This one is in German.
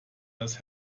das